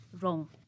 wrong